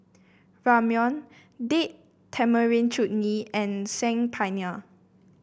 Ramyeon Date Tamarind Chutney and Saag Paneer